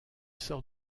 sort